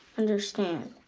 understand.